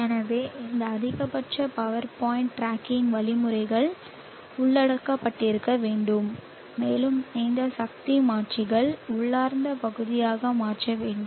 எனவே இந்த அதிகபட்ச பவர் பாயிண்ட் டிராக்கிங் வழிமுறைகள் உள்ளடிக்கப்பட்டிருக்க வேண்டும் மேலும் இந்த சக்தி மாற்றிகளின் உள்ளார்ந்த பகுதியாக மாற வேண்டும்